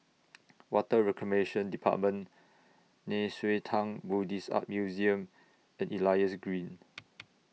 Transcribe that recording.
Water Reclamation department Nei Xue Tang Buddhist Art Museum and Elias Green